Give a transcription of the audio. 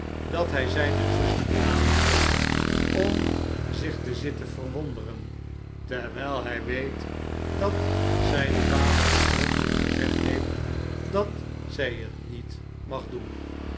dat hij zijne zuster aanmoedigt om zich te zitten verwonderen terwijl hij weet dat zijn vader uitdrukkelijk gezegd heeft dat zij het niet mag doen